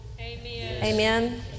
Amen